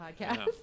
podcast